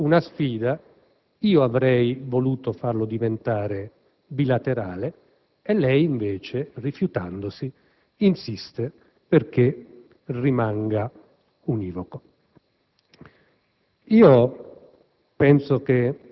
Resta il fatto che attraverso una sfida io avrei voluto farlo diventare bilaterale e lei invece, rifiutandosi, insiste perché rimanga univoco.